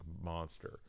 monster